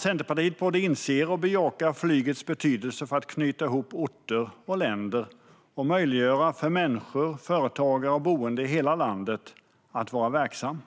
Centerpartiet både inser och bejakar flygets betydelse för att knyta ihop orter och länder och möjliggöra för människor, företagare och boende, i hela landet att vara verksamma.